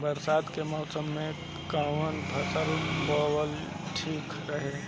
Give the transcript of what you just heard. बरसात के मौसम में कउन फसल बोअल ठिक रहेला?